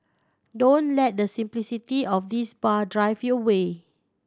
don't let the simplicity of this bar drive you away